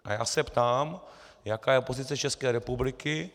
A já se ptám, jaká je pozice České republiky.